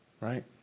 Right